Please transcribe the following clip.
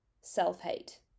self-hate